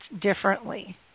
differently